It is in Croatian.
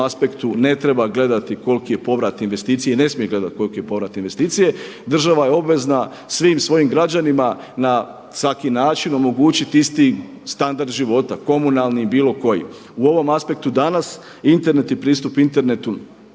aspektu ne treba gledati koliki je povrat investicije i ne smije gledati koliki je povrat investicije. Država je obvezna svim svojim građanima na svaki način omogućiti isti standard života komunalni i bilo koji. U ovom aspektu danas Internet i pristup internetu